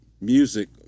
music